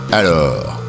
alors